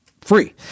free